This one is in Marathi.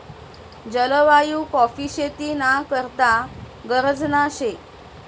जलवायु काॅफी शेती ना करता गरजना शे